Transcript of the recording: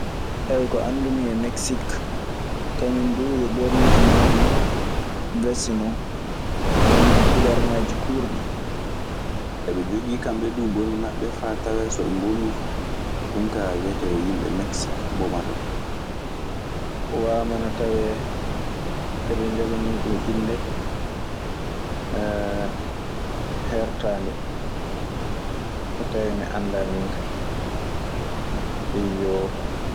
Ayio ko andumi e Meksik kaŋum dun yo ɓornuki mudun weste non kaŋum e kuler ngaji kurɗi. Eɓe jogii kamɓe duu bomi maɓɓe, faa tawee so ɓe mbomii fu, ɗun kaa wiyete "Yimɓe Meksik mbomata ɗun".